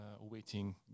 waiting